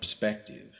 perspective